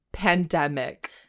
pandemic